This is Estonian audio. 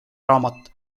raamat